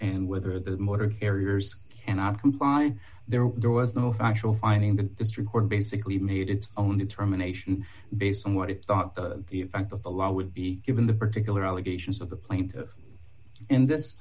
and whether the motor carriers cannot comply there was no actual finding the district court basically made its own determination based on what he thought the effect of the law would be given the particular allegations of the plaintiff in this